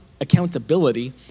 accountability